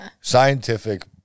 scientific